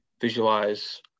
visualize